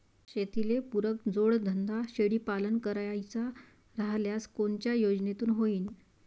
शेतीले पुरक जोडधंदा शेळीपालन करायचा राह्यल्यास कोनच्या योजनेतून होईन?